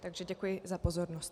Takže děkuji za pozornost.